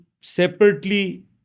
separately